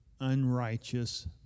unrighteous